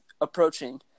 approaching